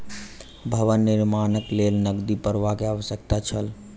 भवन निर्माणक लेल नकदी प्रवाह के आवश्यकता छल